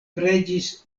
preĝis